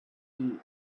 die